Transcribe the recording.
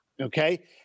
okay